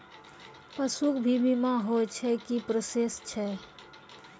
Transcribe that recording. पसु के भी बीमा होय छै, की प्रोसेस छै?